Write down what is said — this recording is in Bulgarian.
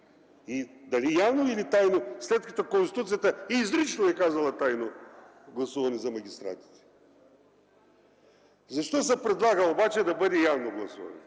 Дали явно или тайно – след като Конституцията изрично е казала „тайно” гласуване за магистратите?! Защо се предлага обаче да бъде явно гласуването?